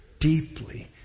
deeply